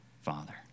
Father